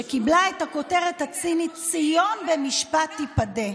שקיבלה את הכותרת הצינית "ציון במשפט תיפדה".